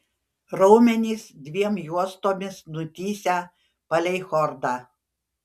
raumenys dviem juostomis nutįsę palei chordą